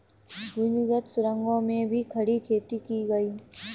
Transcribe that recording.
भूमिगत सुरंगों में भी खड़ी खेती की गई